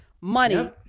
money